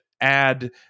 add